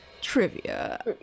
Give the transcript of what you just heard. Trivia